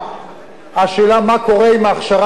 השאלה היא מה קורה עם ההכשרה המקצועית שלהם.